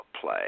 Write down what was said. play